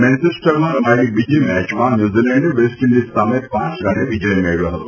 મેન્ચેસ્ટરમાં રમાયેલી બીજી મેચમાં ન્યુઝીલેન્ડે વેસ્ટ ઇન્ડીઝ સામે પાંચ રને વિજય મેળવ્યો હતો